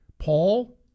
Paul